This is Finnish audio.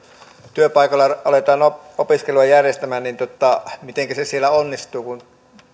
työpaikalla aletaan opiskelua järjestää niin mitenkä se siellä onnistuu